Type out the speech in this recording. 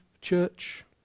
church